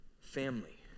family